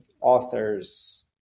authors